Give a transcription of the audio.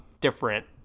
different